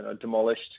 demolished